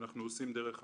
- אנחנו עושים דרך האמנות.